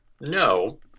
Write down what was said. no